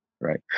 right